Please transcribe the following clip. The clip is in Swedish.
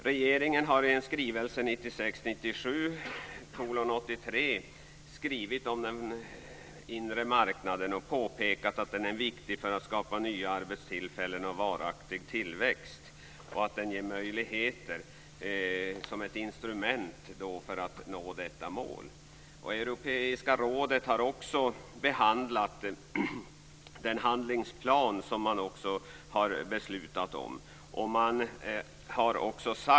Regeringen har i en skrivelse 1996/97:83 skrivit om den inre marknaden och påpekat att den är viktig för att skapa nya arbetstillfällen och varaktig tillväxt och att den ger möjligheter som ett instrument för att nå detta mål. Europeiska rådet har behandlat den handlingsplan som man också har beslutat om.